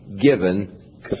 given